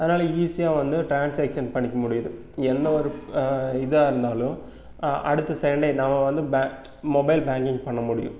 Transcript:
அதனால் ஈஸியாக வந்து ட்ரான்ஸாக்ஷன் பண்ணிக்க முடியுது எந்த ஒரு இதாக இருந்தாலும் அடுத்த செகண்டே நாம வந்து பே மொபைல் பேங்க்கிங் பண்ண முடியும்